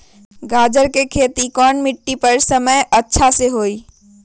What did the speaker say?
गाजर के खेती कौन मिट्टी पर समय अच्छा से होई?